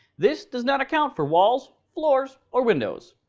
this does not account for walls, floors, or windows.